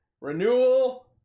Renewal